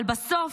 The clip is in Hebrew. אבל בסוף,